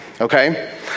Okay